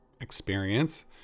experience